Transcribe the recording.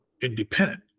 independent